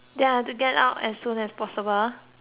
as soon as possible